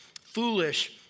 foolish